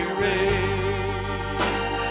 raise